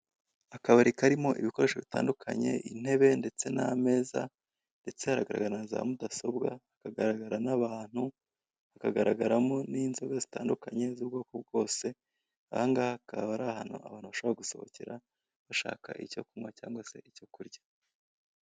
Akabari karimo ibikoresho bitandukanye, intebe ndetse n'ameza ndetse haragaragara na za mudasobwa, hagaragara n'abantu, kagaragaramo n'inzoga zitandukanye z'ubwoko bwose, aha ngaha akaba ari ahantu abantu bashobora gusohokera bashaka icyo kunywa cyangwa se icyo kurya.